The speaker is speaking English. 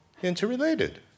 Interrelated